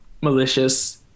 malicious